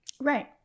Right